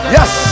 Yes